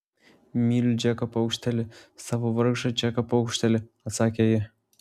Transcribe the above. myliu džeką paukštelį savo vargšą džeką paukštelį atsakė ji